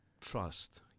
trust